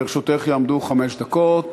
לרשותך יעמדו חמש דקות,